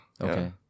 Okay